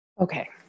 okay